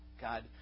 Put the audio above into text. God